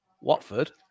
Watford